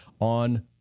on